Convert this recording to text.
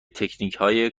تکنیکهای